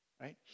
Right